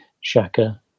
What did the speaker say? Shaka